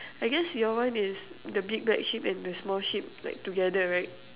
I guess your one is the big black sheep and the small sheep like together right